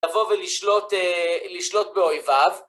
לבוא ולשלוט באויביו.